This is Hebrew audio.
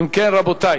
אם כן, רבותי,